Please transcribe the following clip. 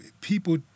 people